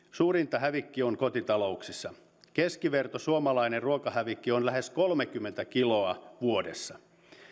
suurinta hävikki on kotitalouksissa keskivertosuomalaisen ruokahävikki on lähes kolmekymmentä kiloa vuodessa